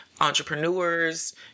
entrepreneurs